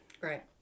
Right